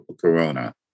Corona